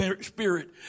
spirit